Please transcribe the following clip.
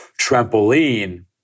trampoline